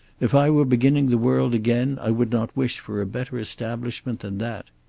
if i were beginning the world again i would not wish for a better establishment than that.